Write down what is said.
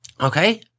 Okay